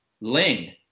Ling